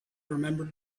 remembered